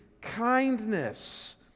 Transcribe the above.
kindness